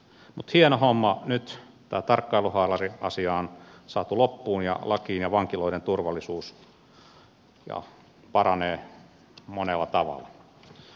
mutta hieno homma nyt tämä tarkkailuhaalariasia on saatu loppuun ja lakiin ja vankiloiden turvallisuus paranee monella tavalla